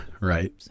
right